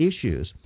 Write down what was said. issues